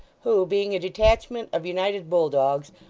who, being a detachment of united bulldogs,